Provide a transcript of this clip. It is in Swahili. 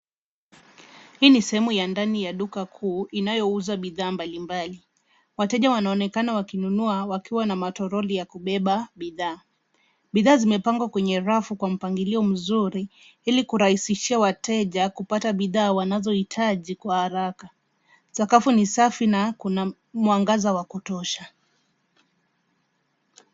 Hii ni sehemu ya ndani ya duka kuu, inayouza bidhaa mbali mbali. Wateja wanaonekana wakinunua wakiwa na matoroli ya kubeba bidhaa. Bidhaa zimepangwa kwenye rafu kwa mpangilio mzuri, ili kurahisishia wateja kupata bidhaa wanazohitaji kwa haraka. Sakafu ni safi na kuna mwangaza wa kutosha.